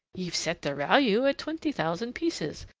ye've set their value at twenty thousand pieces,